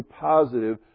positive